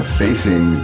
facing